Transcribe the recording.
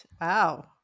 Wow